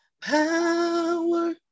power